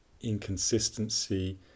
inconsistency